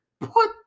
Put